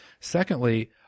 Secondly